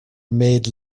made